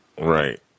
Right